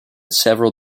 several